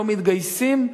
לא מתגייסים,